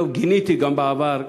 גיניתי גם בעבר,